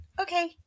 Okay